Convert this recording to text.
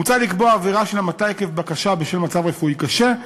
מוצע לקבוע עבירה של המתה עקב בקשה בשל מצב רפואי קשה,